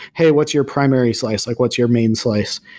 hey, what's your primary slice? like what's your main slice?